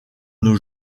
nos